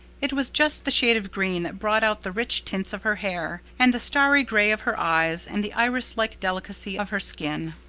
it was just the shade of green that brought out the rich tints of her hair, and the starry gray of her eyes and the iris-like delicacy of her skin.